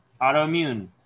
autoimmune